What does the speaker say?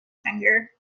finger